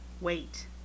Wait